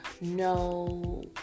no